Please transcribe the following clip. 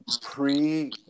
pre